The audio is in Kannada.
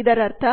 ಇದರರ್ಥ